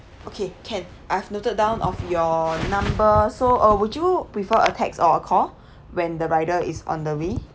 okay can I have noted down of your number so uh would you prefer a text or a call when the rider is on the way